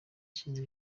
ishize